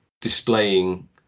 displaying